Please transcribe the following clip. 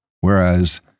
Whereas